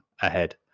ahead